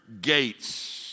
gates